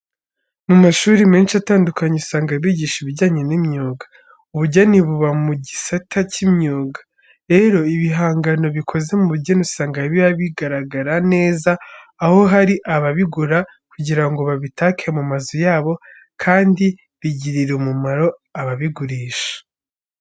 Mu mashuri menshi atandukanye, usanga bigisha ibijyanye n'imyuga. Ubugeni buba mu gisata cy'imyuga. Rero, ibihangano bikoze mu bugeni usanga biba bigaragara neza, aho hari ababigura kugira ngo babitake mu mazu yabo kandi bigirira umumaro ababigurisha.